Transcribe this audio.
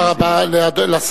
תודה רבה לשר.